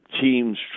Teams